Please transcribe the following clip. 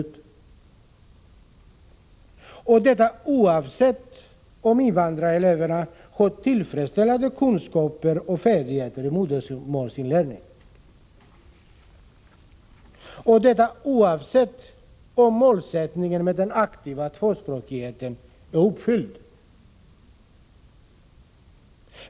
Detta skall gälla, oavsett om invandrareleverna har tillfredsställande kunskaper och färdigheter när det gäller inlärning av modersmålet eller inte och oavsett om målsättningen med den aktiva tvåspråkigheten är uppfylld.